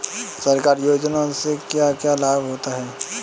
सरकारी योजनाओं से क्या क्या लाभ होता है?